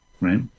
right